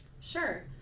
Sure